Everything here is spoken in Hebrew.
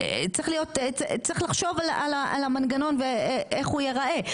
צריך לחשוב על המנגנון ואיך הוא יראה,